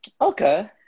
okay